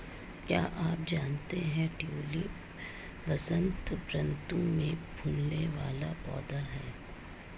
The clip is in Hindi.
क्या आप जानते है ट्यूलिप वसंत ऋतू में फूलने वाला पौधा है